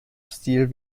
stil